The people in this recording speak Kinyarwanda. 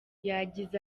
yagize